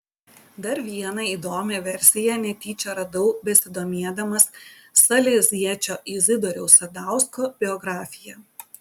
dar vieną įdomią versiją netyčia radau besidomėdamas saleziečio izidoriaus sadausko biografija